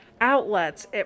outlets